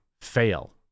fail